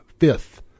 Fifth